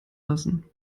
lassen